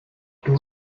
two